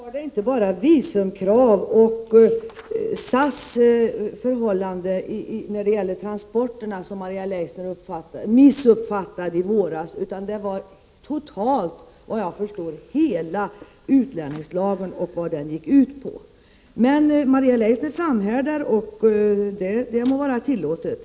Herr talman! Dess värre var det inte bara visumkrav och SAS förhållande när det gällde transporterna som Maria Leissner missuppfattade i våras. Vad jag förstår var det hela utlänningslagen och vad den gick ut på. Men Maria Leissner framhärdar, och det må vara tillåtet.